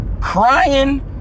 crying